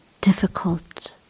difficult